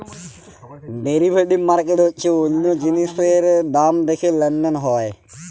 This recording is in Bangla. ডেরিভেটিভ মার্কেট হচ্যে অল্য জিলিসের দাম দ্যাখে লেলদেল হয়